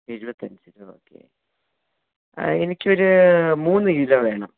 എഴുപത്തഞ്ച് രൂപ ഓക്കെ ആ എനിക്കൊരു മൂന്ന് കിലോ വേണം